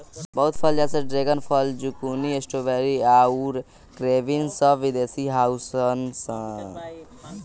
बहुत फल जैसे ड्रेगन फल, ज़ुकूनी, स्ट्रॉबेरी आउर क्रेन्बेरी सब विदेशी हाउअन सा